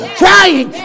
trying